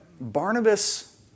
Barnabas